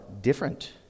different